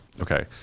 okay